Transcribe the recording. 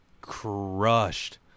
crushed